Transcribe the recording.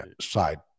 side